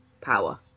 power